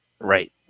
Right